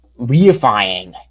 reifying